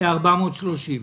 ל-430 שקל.